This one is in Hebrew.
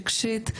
רגשית,